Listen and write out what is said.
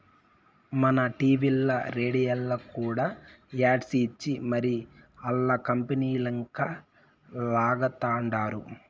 మన టీవీల్ల, రేడియోల్ల కూడా యాడ్స్ ఇచ్చి మరీ ఆల్ల కంపనీలంక లాగతండారు